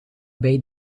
bij